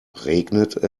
regnet